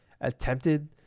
attempted